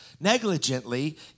negligently